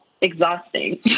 exhausting